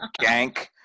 Gank